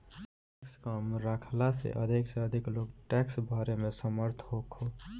tax कम रखला से अधिक से अधिक लोग टैक्स भरे में समर्थ होखो